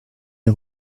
est